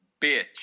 bitch